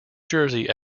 jersey